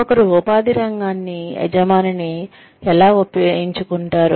ఒకరు ఉపాధి రంగాన్ని యజమానిని ఎలా ఎంచుకుంటారు